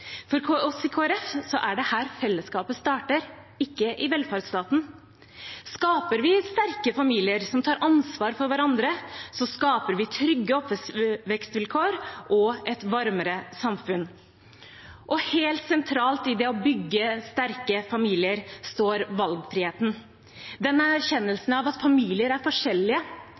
har. For oss i Kristelig Folkeparti er det her fellesskapet starter, ikke i velferdsstaten. Skaper vi sterke familier som tar ansvar for hverandre, skaper vi trygge oppvekstsvilkår og et varmere samfunn. Helt sentralt i det å bygge sterke familier står valgfriheten, erkjennelsen av at familier er forskjellige.